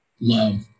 love